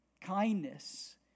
Kindness